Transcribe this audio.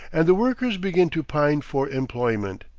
and the workers begin to pine for employment.